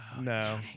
No